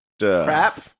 Crap